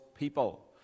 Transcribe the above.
people